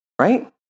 right